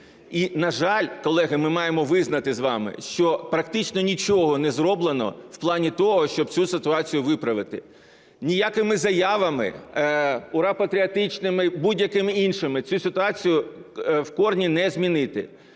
І, на жаль, колеги, ми маємо визнати з вами, що практично нічого не зроблено в плані того, щоб цю ситуацію виправити. Ніякими заявами ура-патріотичними, будь-якими іншими цю ситуацію в корні не змінити.